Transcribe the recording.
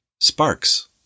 Sparks